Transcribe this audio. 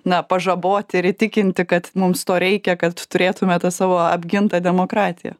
na pažabot ir įtikinti kad mums to reikia kad turėtume tą savo apgintą demokratiją